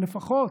אבל לפחות